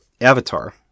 Avatar